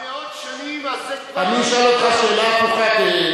שמאות שנים הסקטור, אני אשאל אותך שאלה הפוכה.